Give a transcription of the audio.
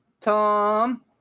tom